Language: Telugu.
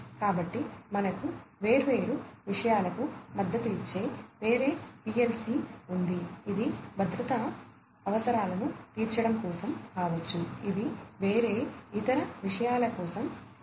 కాబట్టి మనకు వేర్వేరు విషయాలకు మద్దతు ఇచ్చే వేరే పిఎల్సి ఉంది ఇది భద్రతా అవసరాలను తీర్చడం కోసం కావచ్చు ఇవి వేరే ఇతర విషయాల కోసం కావచ్చు